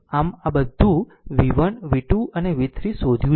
આમ આ બધું v1 v2 અને v3 શોધ્યું છે